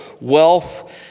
wealth